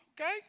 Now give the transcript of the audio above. Okay